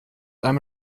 einem